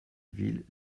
ville